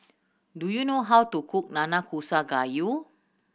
do you know how to cook Nanakusa Gayu